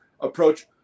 approach